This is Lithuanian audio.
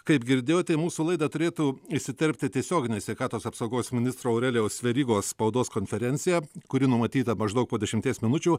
kaip girdėjot į mūsų laidą turėtų įsiterpti tiesioginė sveikatos apsaugos ministro aurelijaus verygos spaudos konferencija kuri numatyta maždaug po dešimties minučių